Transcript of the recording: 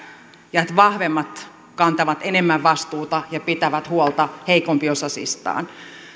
ja että vahvemmat kantavat enemmän vastuuta ja pitävät huolta heikompiosaisistaan